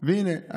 והינה,